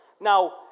Now